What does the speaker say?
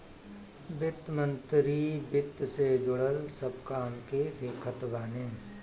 वित्त मंत्री वित्त से जुड़ल सब काम के देखत बाने